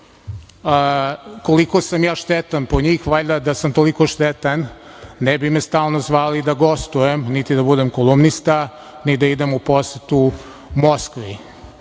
koliko sam ja štetan po njih. Da sam toliko štetan ne bi me stalno zvali da gostujem, niti da budem kolumnista, ni da idem u posetu